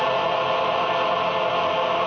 or